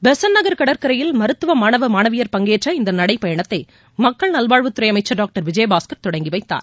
பெசன்ட்நகர் கடற்கரையில் மருத்துவ மாணவ மாணவியர் பங்கேற்ற இந்த நடைபயணத்தை மக்கள் நல்வாழ்வுத் துறை அமைச்சர் தொடங்கிவைத்தார்